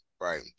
right